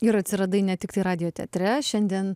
ir atsiradai ne tiktai radijo teatre šiandien